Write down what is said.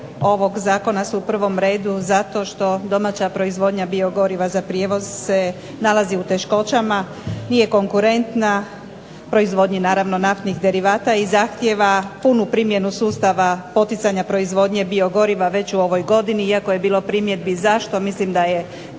ovog zakona su u prvom redu zato što domaća proizvodnja biogoriva za prijevoz se nalazi u teškoćama, nije konkurentna proizvodnji naravno naftnih derivata i zahtijeva punu primjenu sustava poticanja proizvodnje biogoriva već u ovoj godini. Iako je bilo primjedbi zašto mislim da je dobro